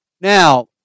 Now